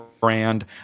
brand